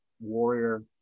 warrior